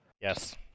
Yes